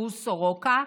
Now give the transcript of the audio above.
שהוא סורוקה,